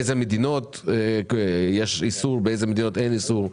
באיזה מדינות יש איסור ובאיזה מדינות אין איסור,